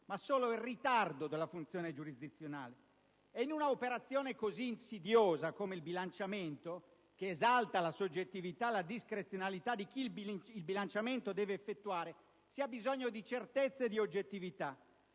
ma solo il ritardo della funzione giurisdizionale. In un'operazione così insidiosa come il bilanciamento, che esalta la soggettività e la discrezionalità di chi deve effettuarlo, si ha bisogno di certezze e di oggettività,